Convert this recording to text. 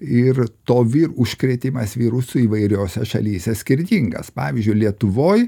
ir to vir užkrėtimas virusu įvairiose šalyse skirtingas pavyzdžiui lietuvoj